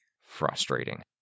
Frustrating